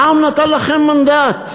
העם נתן לכם מנדט למשול.